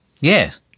Yes